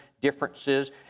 differences